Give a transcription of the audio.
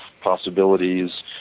possibilities